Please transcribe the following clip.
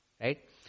Right